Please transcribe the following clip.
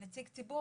נציג ציבור,